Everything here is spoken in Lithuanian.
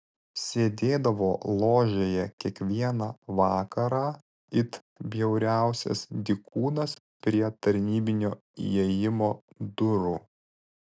sėdėdavo ložėje kiekvieną vakarą it bjauriausias dykūnas prie tarnybinio įėjimo durų